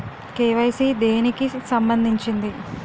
KYC దేనికి సంబందించింది?